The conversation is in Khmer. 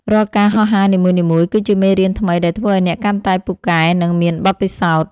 រាល់ការហោះហើរនីមួយៗគឺជាមេរៀនថ្មីដែលធ្វើឱ្យអ្នកកាន់តែពូកែ និងមានបទពិសោធន៍។